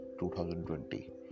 2020